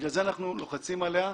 בגלל זה אנחנו לוחצים עליה,